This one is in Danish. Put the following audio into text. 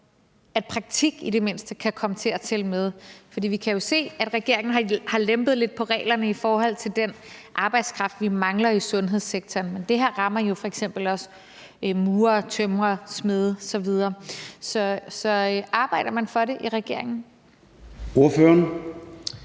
at praktik i det mindste kan komme til at tælle med? For vi kan jo se, at regeringen har lempet lidt på reglerne i forhold til den arbejdskraft, vi mangler i sundhedssektoren, men det her rammer f.eks. også murere, tømrere, smede osv. Så arbejder man for det i regeringen? Kl.